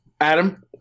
Adam